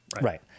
Right